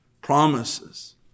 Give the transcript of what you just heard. Promises